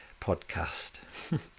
podcast